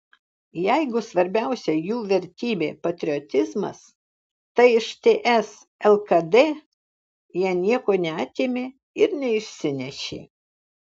jeigu svarbiausia jų vertybė patriotizmas tai iš ts lkd jie nieko neatėmė ir neišsinešė